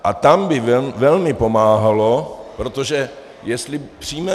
A tam by velmi pomáhalo, protože jestli přijmeme...